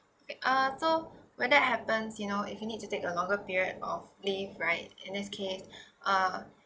ah so when that happens you know if you need to take a longer period of leave right in that case uh